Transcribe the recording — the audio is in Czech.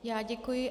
Já děkuji.